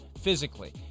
physically